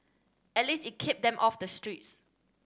at least it kept them off the streets